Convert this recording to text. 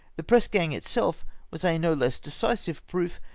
the press gang itself was a no less decisive proof,